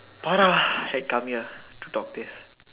are lah head come here to talk this